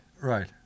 Right